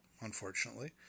unfortunately